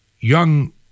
young